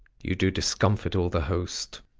you do discomfort all the host.